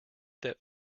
that